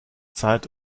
zeit